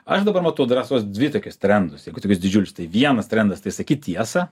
aš dabar matau drąsos dvi tokius trendus jeigu tokius didžiulis tai vienas trendas tai sakyt tiesą